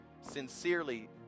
sincerely